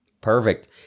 Perfect